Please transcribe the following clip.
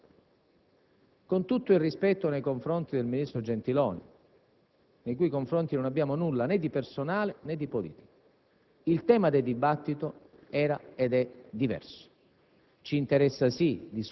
Non ci siamo. Con tutto il rispetto per il ministro Gentiloni, nei cui confronti non abbiamo nulla di personale, né di politico, il tema del dibattito era ed è diverso.